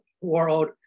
world